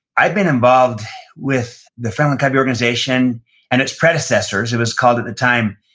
i've been involved with the franklincovey organization and its predecessors. it was called at the time,